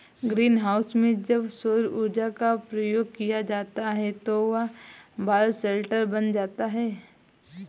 green house में जब सौर ऊर्जा का प्रयोग किया जाता है तो वह बायोशेल्टर बन जाता है